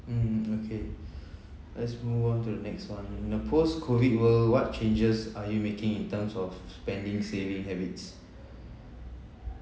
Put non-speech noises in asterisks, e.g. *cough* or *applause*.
mm okay *breath* let's move on to the next one in a post COVID world what changes are you making in terms of spending saving habits